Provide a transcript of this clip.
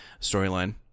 storyline